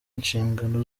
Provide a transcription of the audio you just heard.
inshingano